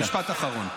משפט אחרון.